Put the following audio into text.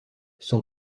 son